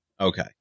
Okay